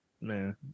Man